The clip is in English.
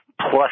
plus